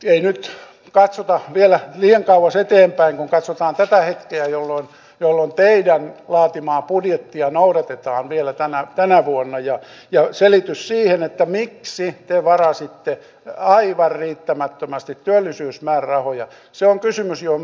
ei nyt katsota vielä liian kauas eteenpäin kun katsotaan tätä hetkeä jolloin teidän laatimaanne budjettia noudatetaan vielä tänä vuonna ja se miksi te varasitte aivan riittämättömästi työllisyysmäärärahoja se on kysymys johon minä haluan vastauksen